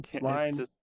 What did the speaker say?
line